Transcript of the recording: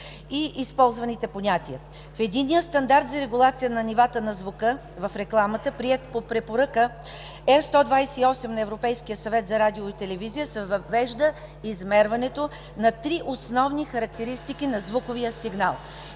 и използваните понятия. В Единния стандарт за регулация на нивата на звука в рекламата, приет по Препоръка R-128 на Европейския съвет за радио и телевизия се въвежда измерването на три основни характеристики на звуковия сигнал.